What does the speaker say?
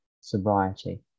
sobriety